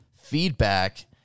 feedback